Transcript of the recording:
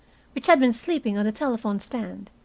which had been sleeping on the telephone-stand.